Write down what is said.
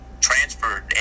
transferred